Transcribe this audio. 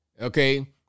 Okay